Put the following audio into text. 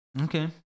Okay